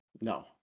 No